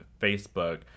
Facebook